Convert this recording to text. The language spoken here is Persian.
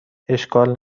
اشکال